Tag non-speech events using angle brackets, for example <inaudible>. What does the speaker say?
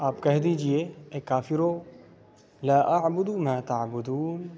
آپ کہہ دیجیے اے کافرو <unintelligible>